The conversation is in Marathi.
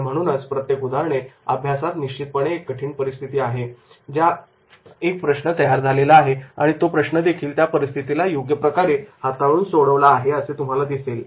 आणि म्हणूनच प्रत्येक उदाहरणे अभ्यासात निश्चितपणे एक कठीण परिस्थिती आहे ज्या एक प्रश्न तयार झालेला आहे आणि तो प्रश्न देखील त्या परिस्थितीला योग्य प्रकारे हाताळून सोडविला गेला आहे असे तुम्हाला दिसेल